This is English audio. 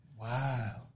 Wow